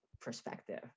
perspective